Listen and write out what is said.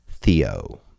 T-H-E-O